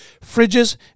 fridges